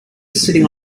sitting